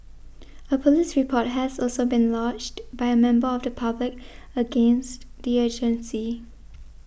a police report has also been lodged by a member of the public against the agency